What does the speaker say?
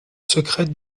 secrètes